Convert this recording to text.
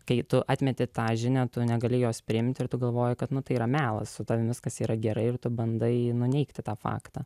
kai tu atmeti tą žinią tu negali jos priimti ir tu galvoji kad tai yra melas su tavimi viskas yra gerai ir tu bandai nuneigti tą faktą